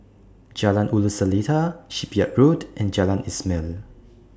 Jalan Ulu Seletar Shipyard Road and Jalan Ismail